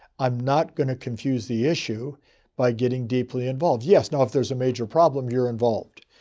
i'm not going to confuse the issue by getting deeply involved. yes, now, if there's a major problem, you're involved.